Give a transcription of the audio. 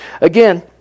Again